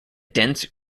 dense